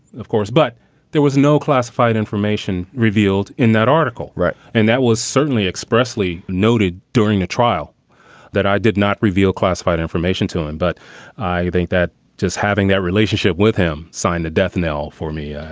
of course. but there was no classified information revealed in that article. right. and that was certainly expressly noted during a trial that i did not reveal classified information to him. but i think that just having that relationship with him signed the death knell for me,